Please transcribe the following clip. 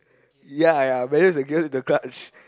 ya ya buries against the crutch